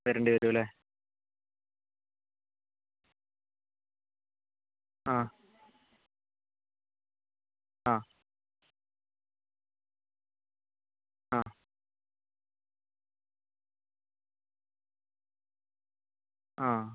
വരേണ്ടി വരുമല്ലേ ആ ആ ആ ആ